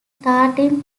starting